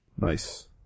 Nice